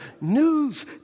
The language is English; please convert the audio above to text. news